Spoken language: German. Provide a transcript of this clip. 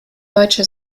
deutsche